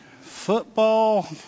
Football